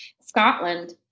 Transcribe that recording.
Scotland